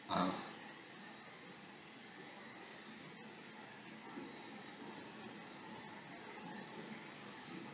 uh